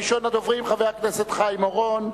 ראשון הדוברים, חבר הכנסת חיים אורון.